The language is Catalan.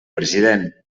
president